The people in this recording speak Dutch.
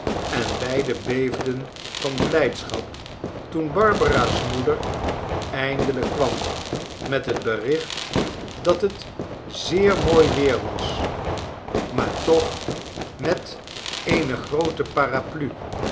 en beide beefden van blijdschap toen barbara's moeder eindelijk kwam met het bericht dat het zeer mooi weer was maar toch met eene groote paraplu